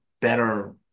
better